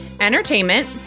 entertainment